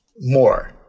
more